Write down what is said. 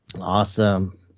awesome